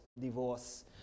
divorce